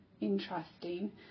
interesting